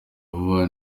vuba